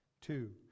Two